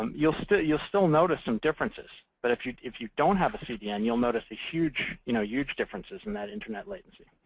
um you'll still you'll still notice some differences. but if you if you don't have a cdn, you'll notice huge you know huge differences in that internet latency.